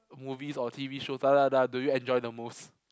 movies or T_V shows da da da do you enjoy the most